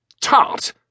tart